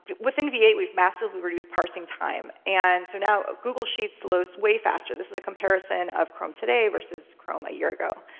within v eight, we've massively reduced parsing time. and so now ah google sheets loads way faster. this is a comparison of chrome today versus chrome a year ago.